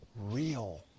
real